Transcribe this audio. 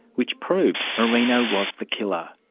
which proved marino was the killer.